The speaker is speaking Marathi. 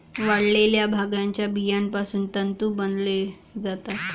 वाळलेल्या भांगाच्या बियापासून तंतू बनवले जातात